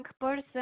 person